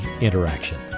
interaction